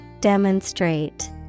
Demonstrate